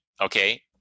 okay